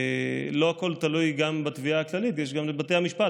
לא הכול תלוי גם בתביעה הכללית, יש גם בתי משפט.